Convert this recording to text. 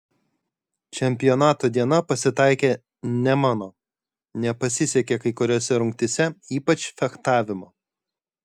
čempionato diena pasitaikė ne mano nepasisekė kai kuriose rungtyse ypač fechtavimo